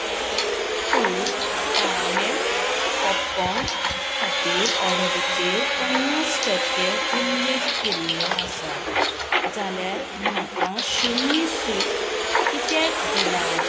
act two caramel popcorn खातीर ऑर्डरीचेर पन्नास टक्के उल्लेख केल्लो आसा जाल्यार म्हाका शुन्य सूट कित्याक दिल्या